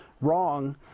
wrong